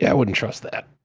yeah wouldn't trust that.